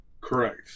Correct